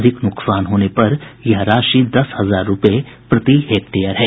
अधिक नुकसान होने पर यह राशि दस हजार रूपये प्रति हेक्टेयर है